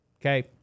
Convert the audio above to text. Okay